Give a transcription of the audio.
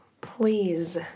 please